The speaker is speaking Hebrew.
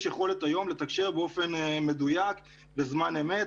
יכולת היום לתקשר באופן מדויק בזמן אמת,